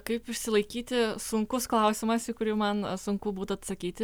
kaip išsilaikyti sunkus klausimas į kurį man sunku būtų atsakyti